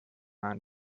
ein